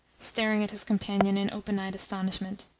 staring at his companion in open-eyed astonishment.